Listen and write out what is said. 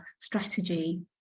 strategy